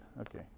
okay